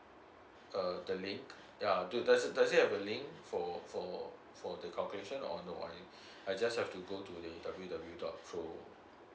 err the link does it does it have the link for for for the calculation or no I just I have to go to w w dot pro